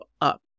up